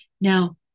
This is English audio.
Now